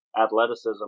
athleticism